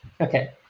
Okay